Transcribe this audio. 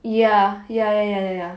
ya ya ya ya ya ya